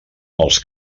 els